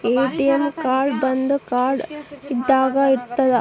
ATM card ಒಂದ್ card ಇದ್ದಂಗೆ ಇರುತ್ತೆ